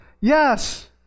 Yes